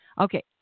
Okay